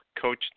Coach